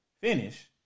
finish